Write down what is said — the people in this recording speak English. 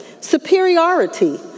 superiority